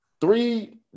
three